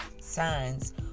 signs